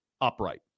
upright